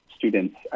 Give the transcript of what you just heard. students